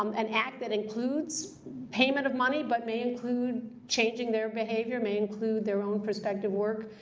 um an act that includes payment of money but may include changing their behavior, may include their own perspective work,